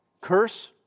curse